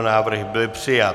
Návrh byl přijat.